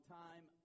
time